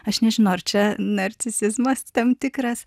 aš nežinau ar čia narcisizmas tam tikras